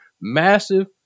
massive